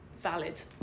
valid